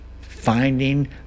finding